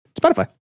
Spotify